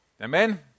amen